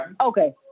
Okay